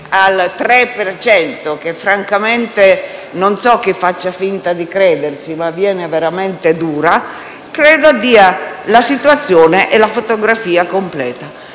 a cui francamente non so chi faccia finta di credere perché è veramente dura, credo dia la situazione e la fotografia completa.